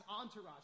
entourage